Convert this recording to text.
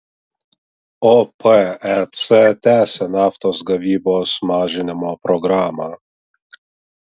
opec tęsia naftos gavybos mažinimo programą